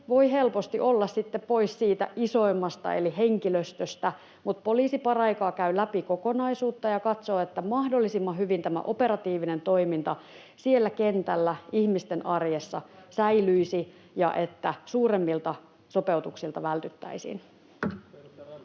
voi helposti olla sitten pois siitä isoimmasta eli henkilöstöstä. Mutta poliisi paraikaa käy läpi kokonaisuutta ja katsoo, että mahdollisimman hyvin tämä operatiivinen toiminta siellä kentällä, ihmisten arjessa, säilyisi ja että suuremmilta sopeutuksilta vältyttäisiin.